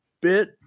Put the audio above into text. bit